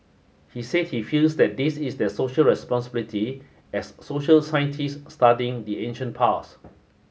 he said he feels that this is their social responsibility as social scientists studying the ancient past